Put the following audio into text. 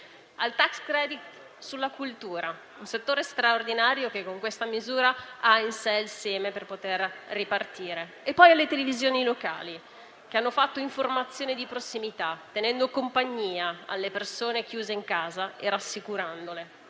al *tax credit* sulla cultura, un settore straordinario che in questa misura ha il seme per poter ripartire. E penso poi alle televisioni locali, che hanno fatto informazione di prossimità, tenendo compagnia alle persone chiuse in casa e rassicurandole.